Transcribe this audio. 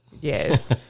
Yes